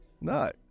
No